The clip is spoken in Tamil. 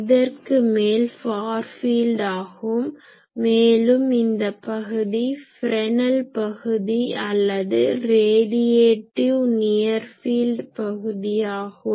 இதற்கு மேல் ஃபார் ஃபீல்ட் ஆகும் மேலும் இந்த பகுதி ஃப்ரெஸ்னல் பகுதி அல்லது ரேடியேட்டிவ் நியர் ஃபீல்ட் பகுதி ஆகும்